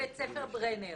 מבית ספר ברנר